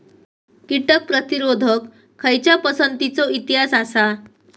कीटक प्रतिरोधक खयच्या पसंतीचो इतिहास आसा?